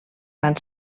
fan